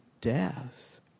death